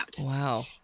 Wow